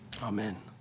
Amen